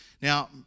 Now